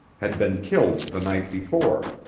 had been killed the night before.